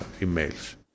emails